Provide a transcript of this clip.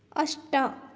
अष्ट